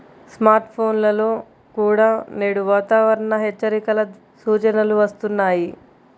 smart ఫోన్లలో కూడా నేడు వాతావరణ హెచ్చరికల సూచనలు వస్తున్నాయి